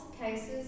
cases